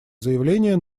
заявление